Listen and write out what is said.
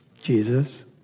Jesus